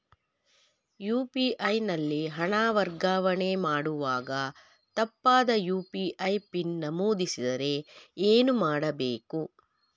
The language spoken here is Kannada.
ಯು.ಪಿ.ಐ ನಲ್ಲಿ ಹಣ ವರ್ಗಾವಣೆ ಮಾಡುವಾಗ ತಪ್ಪಾದ ಯು.ಪಿ.ಐ ಪಿನ್ ನಮೂದಿಸಿದರೆ ಏನು ಮಾಡಬೇಕು?